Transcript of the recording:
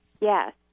Yes